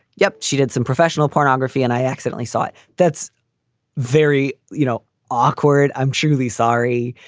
yep, she did some professional pornography and i accidently saw it. that's very you know awkward. i'm truly sorry.